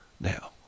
now